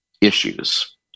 issues